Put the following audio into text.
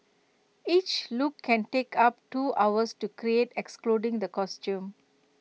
each look can take up two hours to create excluding the costume